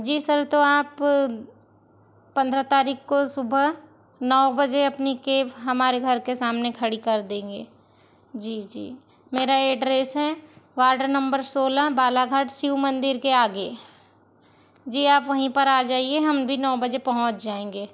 जी sir तो आप पंद्रह तारीख को सुबह नौ बजे अपनी कैब हमारे घर के सामने खड़ी कर देंगे जी जी मेरा एड्रेस है वार्ड नंबर सोलह बालाघाट शिव मंदिर के आगे जी आप वहीं पर आ जाइए हम भी नौ बजे पहुँच जाएंगे